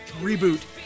reboot